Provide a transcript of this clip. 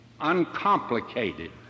uncomplicated